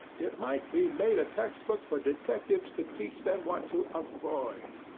it might be made a text-book for detectives to teach them what to avoid.